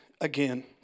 again